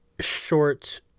short